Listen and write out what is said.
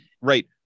right